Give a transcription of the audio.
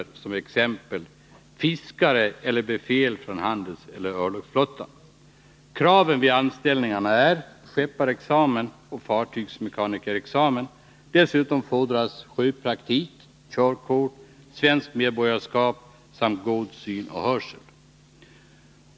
Som exempel nämns fiskare eller befäl från handelsoch örlogsflottan. Kraven vid anställning är skepparexamen och fartygsmekanikerexamen. Dessutom fordras sjöpraktik, körkort, svenskt medborgarskap samt god syn och hörsel.